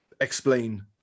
explain